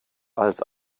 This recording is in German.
als